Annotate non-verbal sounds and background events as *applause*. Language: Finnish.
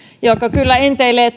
joka kyllä enteilee *unintelligible*